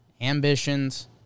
Ambitions